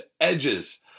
edges